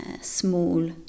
small